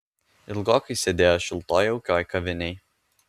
ilgokai sėdėjo šiltoj jaukioj kavinėj